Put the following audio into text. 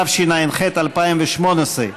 התשע"ח 2018,